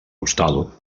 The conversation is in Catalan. hostal